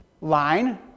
line